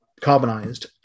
carbonized